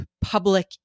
public